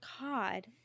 god